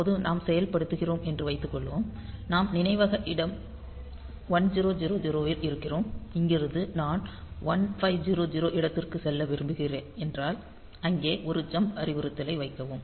தற்போது நாம் செயல்படுத்துகிறோம் என்று வைத்துக்கொள்வோம் நாம் நினைவக இடம் 1000 ல் இருக்கிறோம் இங்கிருந்து நான் 1500 இடத்திற்கு செல்ல விரும்புகிறேன் என்றால் அங்கே ஒரு ஜம்ப் அறிவுறுத்தலை வைக்கவும்